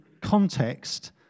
context